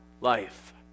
life